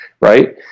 right